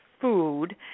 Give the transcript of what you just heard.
food